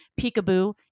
Peekaboo